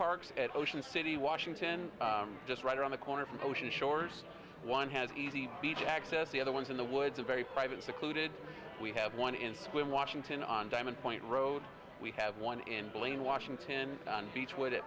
parks at ocean city washington just right around the corner from ocean shores one has easy beach access the other one's in the woods a very private secluded we have one in swim washington on diamond point road we have one in blaine washington and beechwood